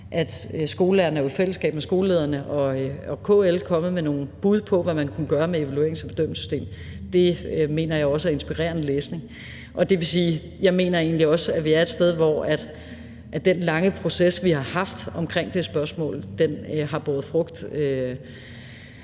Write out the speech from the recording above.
og skolelærerne er jo i fællesskab med skolelederne og KL kommet med nogle bud på, hvad man kunne gøre med et evaluerings- og bedømmelsessystem. Det mener jeg også er inspirerende læsning. Det vil sige, at jeg egentlig også mener, at vi er et sted, hvor den lange proces, vi har haft om det spørgsmål, har båret frugt.